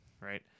right